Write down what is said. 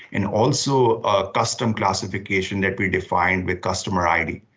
and also custom classification that we define with customer id.